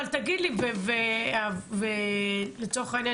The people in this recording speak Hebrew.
לצורך העניין,